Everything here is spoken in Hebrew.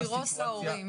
ישירות להורים.